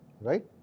Right